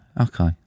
Okay